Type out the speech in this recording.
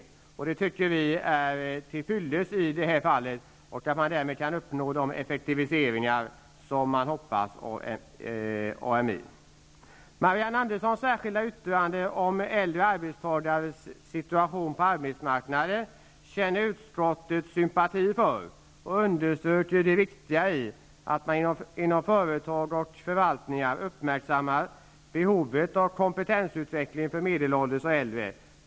Det tycker vi är till fyllest i detta fall. Man kan därmed uppnå de effektiviseringar som man hoppas på. Marianne Anderssons särskilda yttrande om äldre arbetstagares situation på arbetsmarknaden känner utskottet sympati för, och vi understryker det viktiga i att man inom företag och förvaltningar uppmärksammar behovet av kompetensutveckling för medelålders och äldre.